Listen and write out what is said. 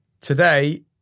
Today